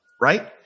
right